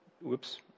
whoops